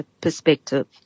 perspective